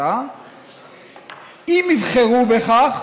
אם יבחרו בכך,